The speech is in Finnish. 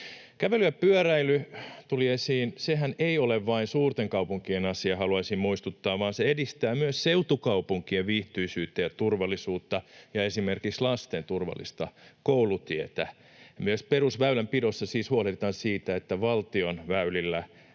Kävely ja pyöräily tuli esiin: Sehän ei ole vain suurten kaupunkien asia, haluaisin muistuttaa, vaan se edistää myös seutukaupunkien viihtyisyyttä ja turvallisuutta ja esimerkiksi lasten turvallista koulutietä. Myös perusväylänpidossa siis huolehditaan siitä, että valtion väylillä